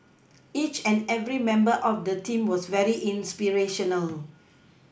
each and every member of the team was very inspirational